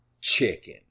chicken